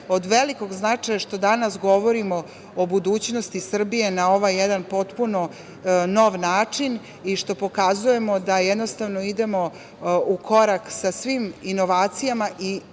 od velikog značaja što danas govorimo o budućnosti Srbije na ovaj jedan potpuno nov način i što pokazujemo da idemo u korak sa svim inovacijama i onda